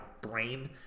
brain